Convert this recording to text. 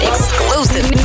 Exclusive